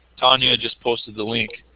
tonya just posted the link.